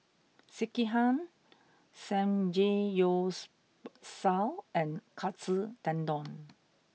Sekihan Samgeyopsal and Katsu Tendon